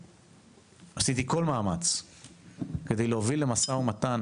עשיתי כל מאמץ כדי להוביל למשא ומתן